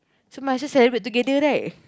so might as well celebrate together right